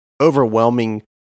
overwhelming